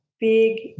Big